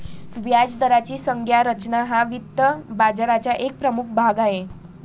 व्याजदराची संज्ञा रचना हा वित्त बाजाराचा एक प्रमुख भाग आहे